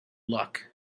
luck